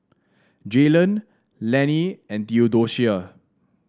Jaylon Lanny and Theodocia